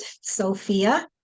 Sophia